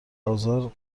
ازار